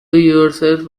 yourself